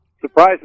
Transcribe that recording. surprise